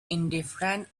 indifferent